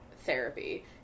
therapy